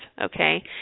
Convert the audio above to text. okay